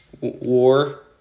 War